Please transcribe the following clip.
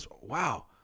Wow